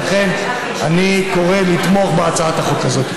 ולכן אני קורא לתמוך בהצעת החוק הזאת.